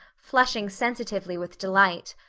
flushing sensitively with delight.